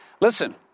listen